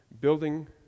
building